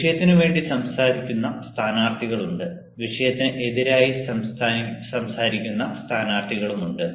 വിഷയത്തിന് വേണ്ടി സംസാരിക്കുന്ന സ്ഥാനാർത്ഥികളുണ്ട് വിഷയത്തിന് എതിരായി സംസാരിക്കുന്ന സ്ഥാനാർത്ഥികളുണ്ട്